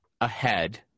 Ahead